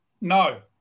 no